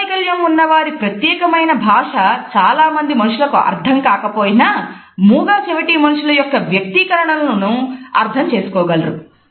అంగవైకల్యం ఉన్న వారి ప్రత్యేకమైన భాష చాలామంది మనుషులకు అర్థం కాకపోయినా మూగ చెవిటి మనుషుల యొక్క వ్యక్తీకరణలను అర్థం చేసుకోగలరు